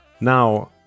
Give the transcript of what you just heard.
Now